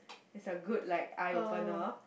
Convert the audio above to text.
it's a good like eye opener